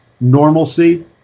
normalcy